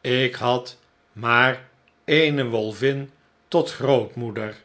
ik had maar eene wolvin tot grootmoeder